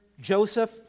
Joseph